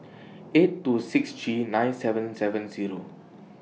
eight two six three nine seven seven Zero